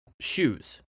shoes